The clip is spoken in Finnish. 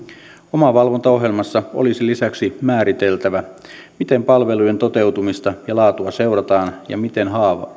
omavalvontaohjelmassa olisi lisäksi määriteltävä miten palvelujen toteutumista ja laatua seurataan ja miten